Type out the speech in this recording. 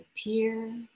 appear